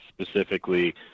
specifically